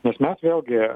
nors mes vėlgi